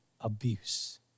abuse